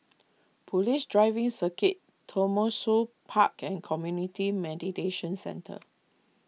Police Driving Circuit Tembusu Park and Community meditation Centre